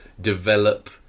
develop